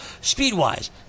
Speed-wise